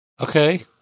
Okay